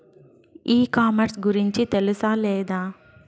ఈ కామర్స్ గురించి తెలుసా లేదా?